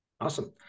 Awesome